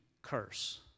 curse